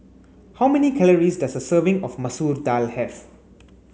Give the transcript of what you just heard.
how many calories does a serving of Masoor Dal have